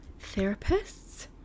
therapists